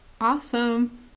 Awesome